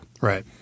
Right